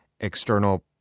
external